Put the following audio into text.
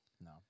No